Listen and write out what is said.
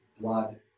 blood